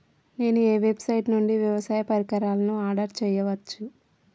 నేను ఏ వెబ్సైట్ నుండి వ్యవసాయ పరికరాలను ఆర్డర్ చేయవచ్చు?